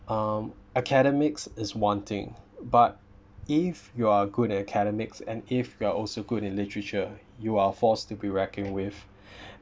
um academics is one thing but if you're good at academics and if you are also good in literature you are a force to be reckoned with